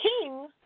king